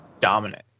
dominant